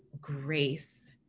grace